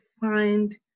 find